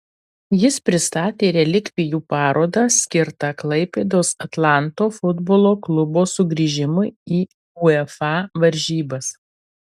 jis pristatė relikvijų parodą skirtą klaipėdos atlanto futbolo klubo sugrįžimui į uefa varžybas